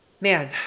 man